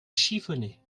chiffonnet